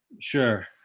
Sure